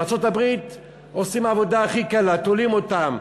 בארצות-הברית עושים עבודה הכי קלה, תולים אותם.